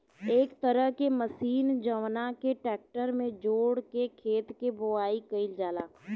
एक तरह के मशीन जवना के ट्रेक्टर में जोड़ के खेत के बोआई कईल जाला